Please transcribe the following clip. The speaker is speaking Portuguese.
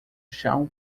chão